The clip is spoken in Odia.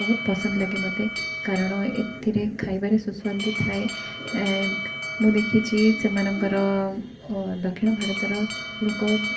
ବହୁତ ପସନ୍ଦ ଲାଗେ ମୋତେ କାରଣ ଏଥିରେ ଖାଇବାରେ ସୁସ୍ୱାଦୁ ଥାଏ ମୁଁ ଦେଖିଛି ସେମାନଙ୍କର ଦକ୍ଷିଣ ଭାରତର ଲୋକ